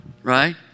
Right